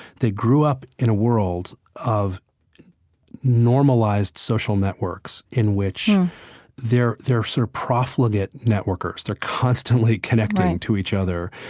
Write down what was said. they grew up in a world of normalized social networks in which they're they're sort of profligate networkers. they're constantly connecting to each other.